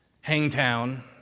Hangtown